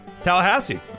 Tallahassee